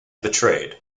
betrayed